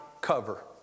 cover